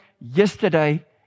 yesterday